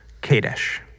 Kadesh